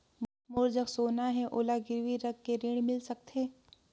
मोर जग सोना है ओला गिरवी रख के ऋण मिल सकथे?